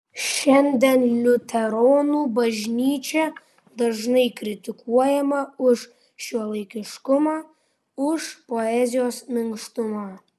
šiandien liuteronų bažnyčia dažnai kritikuojama už šiuolaikiškumą už pozicijos minkštumą